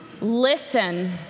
Listen